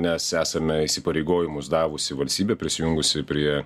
mes esame įsipareigojimus davusi valstybė prisijungusi prie